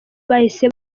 bahise